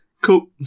cool